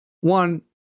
One